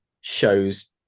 shows